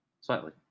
slightly